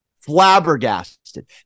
flabbergasted